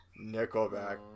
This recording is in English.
nickelback